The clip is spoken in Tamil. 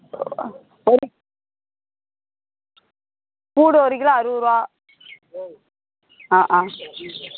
ஒரு பூண்டு ஒரு கிலோ அறுவொருவா ஆ ஆ